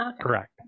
Correct